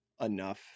enough